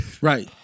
Right